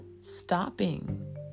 stopping